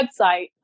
website